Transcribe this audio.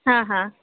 हँ हँ